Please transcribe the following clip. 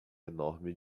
enorme